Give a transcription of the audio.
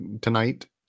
tonight